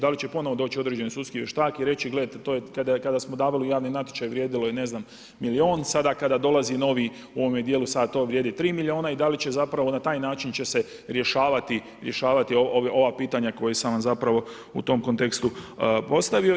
Da li će ponovno doći određeni vještak i reći gledajte kada smo davali u javni natječaj vrijedilo je ne znam milion, sada kada dolazi novi u ovome dijelu sada to vrijedi tri milijuna ili da će zapravo na taj način će se rješavati ova pitanja koja sam vam u tom kontekstu postavio?